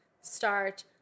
start